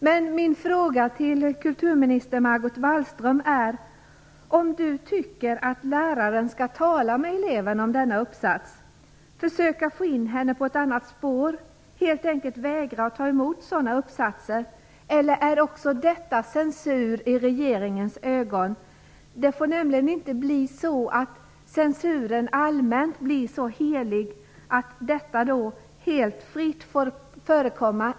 Men min fråga till kulturminister Margot Wallström är om hon tycker att läraren skall tala med eleverna om denna uppsats och försöka få in eleven på ett annat spår. Skall man helt enkelt vägra att ta emot sådana uppsatser? Eller vore också detta censur i regeringens ögon? Det får inte bli så att censuren blir så allmänt helig att detta helt fritt får förekomma.